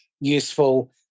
useful